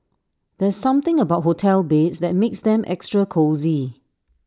there's something about hotel beds that makes them extra cosy